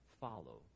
follow